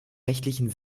rechtlichen